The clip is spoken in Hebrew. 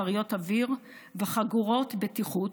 כריות אוויר וחגורות בטיחות,